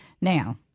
Now